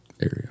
area